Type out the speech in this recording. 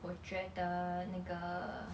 我觉得那个